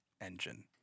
engine